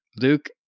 Luke